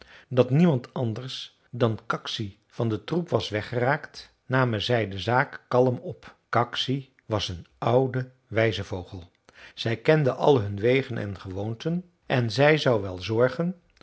dat niemand anders dan kaksi van den troep was weggeraakt namen zij de zaak kalm op kaksi was een oude wijze vogel zij kende al hun wegen en gewoonten en zij zou wel zorgen